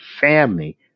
family